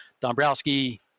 dombrowski